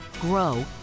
grow